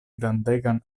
grandegan